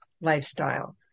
lifestyle